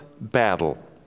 battle